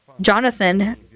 Jonathan